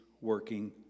working